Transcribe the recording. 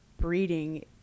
breeding